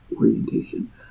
orientation